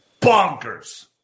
Bonkers